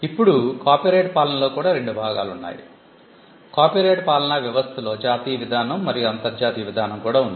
ఇప్పుడు కాపీరైట్ పాలనలో కూడా రెండు భాగాలు ఉన్నాయి కాపీరైట్ పాలనా వ్యవస్థలో జాతీయ విధానం మరియు అంతర్జాతీయ విధానం కూడా ఉంది